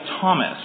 Thomas